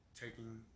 Taking